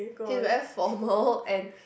he's very formal and